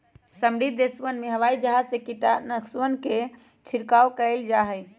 समृद्ध देशवन में हवाई जहाज से कीटनाशकवन के छिड़काव कइल जाहई